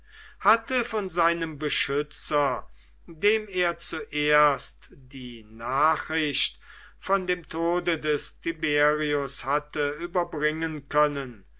hatte von seinem beschützer dem er zuerst die nachricht von dem tode des tiberius hatte überbringen können